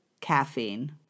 caffeine